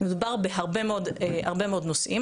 מדובר בהרבה מאוד נושאים,